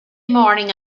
morning